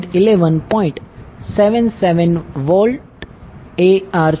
77VAR છે